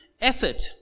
effort